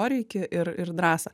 poreikį ir ir drąsą